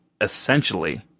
essentially